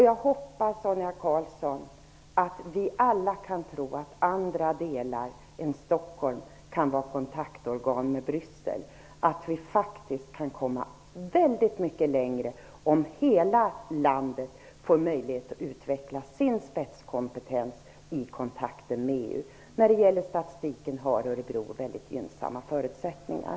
Jag hoppas, Sonia Karlsson, att vi alla kan tro att andra delar än Stockholm kan vara organ för kontakter med Bryssel, att vi faktiskt kan komma väldigt mycket längre om man i hela landet får möjlighet att utveckla sin spetskompetens i kontakten med EU. Och när det gäller statistiken har Örebro väldigt gynnsamma förutsättningar.